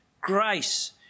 Grace